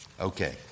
Okay